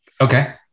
Okay